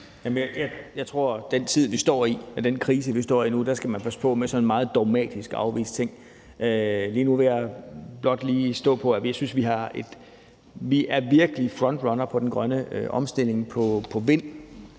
Jeg tror, at i den tid, vi står i, og i den krise, vi står i nu, skal man passe på med sådan meget dogmatisk at afvise ting. Lige nu vil jeg blot stå fast på, at vi virkelig er frontrunnere i den grønne omstilling i